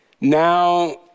Now